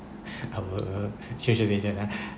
our change of agent ah